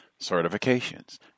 certifications